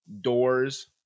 doors